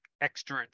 extra